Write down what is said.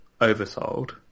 oversold